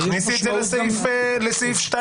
אז תכניסי את זה לסעיף 2(ב).